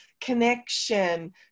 connection